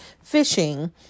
fishing